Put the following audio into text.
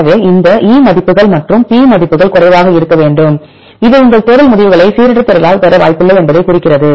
எனவே இந்த E மதிப்புகள் மற்றும் P மதிப்புகள் குறைவாக இருக்க வேண்டும் இது உங்கள் தேடல் முடிவுகளை சீரற்ற தேடலால் பெற வாய்ப்பில்லை என்பதைக் குறிக்கிறது